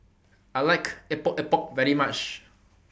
I like Epok Epok very much